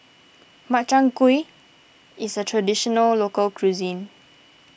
Makchang Gui is a Traditional Local Cuisine